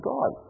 God